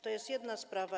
To jest jedna sprawa.